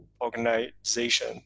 organization